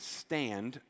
stand